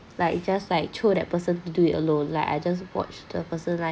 like just like throw that person to do it alone like I just watch the person like